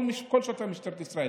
כל שוטרי משטרת ישראל.